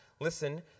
listen